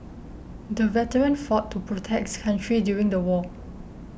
the veteran fought to protects country during the war